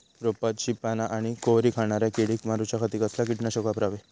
रोपाची पाना आनी कोवरी खाणाऱ्या किडीक मारूच्या खाती कसला किटकनाशक वापरावे?